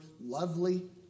lovely